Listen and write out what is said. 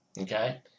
Okay